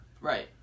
Right